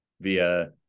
via